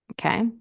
Okay